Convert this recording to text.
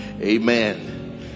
amen